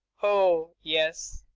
oh! yes.